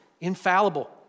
infallible